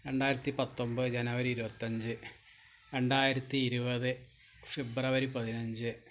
രണ്ടായിരത്തി പത്തൊന്പത് ജനുവരി ഇരുപത്തിയഞ്ച് രണ്ടായിരത്തി ഇരുപത് ഫെബ്രുവരി പതിനഞ്ച്